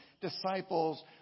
disciples